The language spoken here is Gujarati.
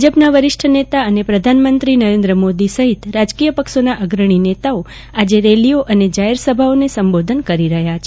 ભાજપના વરિષ્ઠ નેતા અને પ્રધાનમંત્રી નરેન્દ્ર મોદી સહિત રાજકીય પક્ષોના અગ્રણી નેતાઓ આજે રેલીઓ અને જાહેરસભાઓને સંબોધન કરી રહ્યા છે